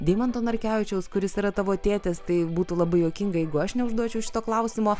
deimanto narkevičiaus kuris yra tavo tėtis tai būtų labai juokinga jeigu aš neužduočiau šito klausimo